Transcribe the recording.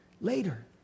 later